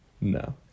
No